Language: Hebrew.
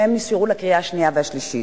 והם נשארו לקריאה השנייה והשלישית,